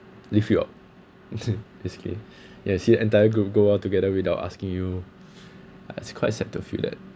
leave you out basically and you see entire group go out together without asking you ah it's quite sad to feel that